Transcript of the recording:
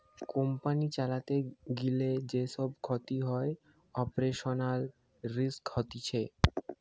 company চালাতে গিলে যে সব ক্ষতি হয়ে অপারেশনাল রিস্ক হতিছে